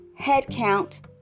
headcount